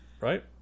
Right